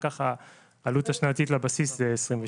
כך העלות השנתית לבסיס זה 22 מיליון.